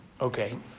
Okay